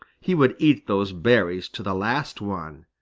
he would eat those berries to the last one,